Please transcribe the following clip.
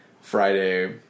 Friday